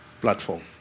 platform